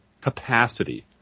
capacity